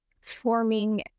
forming